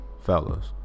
Fellas